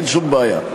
אין שום בעיה.